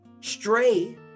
stray